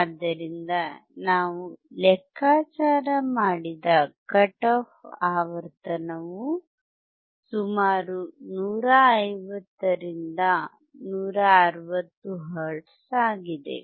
ಆದ್ದರಿಂದ ನಾವು ಲೆಕ್ಕಾಚಾರ ಮಾಡಿದ ಕಟ್ ಆಫ್ ಆವರ್ತನವು ಸುಮಾರು 150 ರಿಂದ 160 ಹರ್ಟ್ಜ್ ಆಗಿದೆ